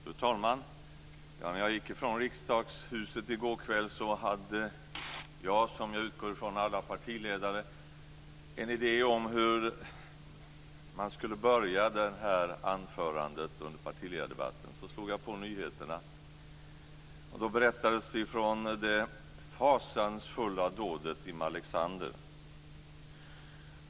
Fru talman! När jag gick från Riksdagshuset i går kväll hade jag, som jag utgår ifrån alla partiledare, en idé om hur man skulle börja anförandet under partiledardebatten. Så slog jag på nyheterna. Det berättades om det fasansfulla dådet i Malexander.